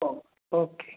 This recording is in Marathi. हो ओके